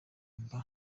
mba